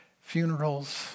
funerals